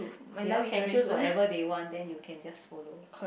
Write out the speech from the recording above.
they all can choose whatever they all want then you can just follow